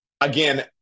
again